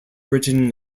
written